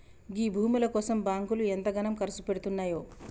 గీ భూముల కోసం బాంకులు ఎంతగనం కర్సుపెడ్తున్నయో